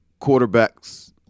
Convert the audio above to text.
Quarterbacks